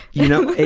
you know, it,